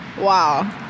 Wow